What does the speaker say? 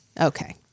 Okay